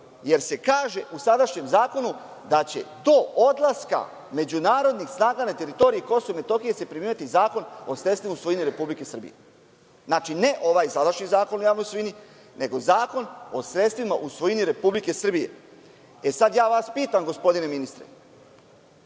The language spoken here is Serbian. jer se kaže u sadašnjem zakonu - da će do odlaska međunarodnih snaga na teritoriji Kosova i Metohije se primenjivati Zakon o sredstvima u svojini Republike Srbije. Znači, ne ovaj sadašnji Zakon o javnoj svojini, nego Zakon o sredstvima u svojini Republike Srbije. Sad ja vas pitam, gospodine ministre,